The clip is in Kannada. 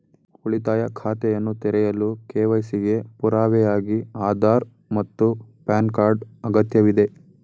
ಉಳಿತಾಯ ಖಾತೆಯನ್ನು ತೆರೆಯಲು ಕೆ.ವೈ.ಸಿ ಗೆ ಪುರಾವೆಯಾಗಿ ಆಧಾರ್ ಮತ್ತು ಪ್ಯಾನ್ ಕಾರ್ಡ್ ಅಗತ್ಯವಿದೆ